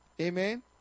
Amen